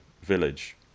village